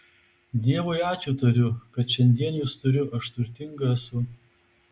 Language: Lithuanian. dievui ačiū tariu kad šiandien jus turiu aš turtinga esu